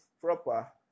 proper